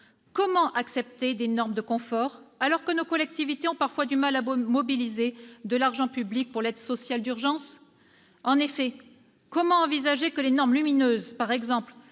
Comment accepter des normes de confort alors que nos collectivités ont parfois du mal à mobiliser de l'agent public pour l'aide sociale d'urgence ? En effet, comment envisager que les normes lumineuses, par exemple,